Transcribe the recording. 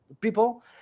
people